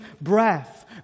Breath